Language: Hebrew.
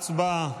הצבעה.